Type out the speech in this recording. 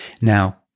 Now